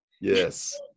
Yes